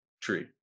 tree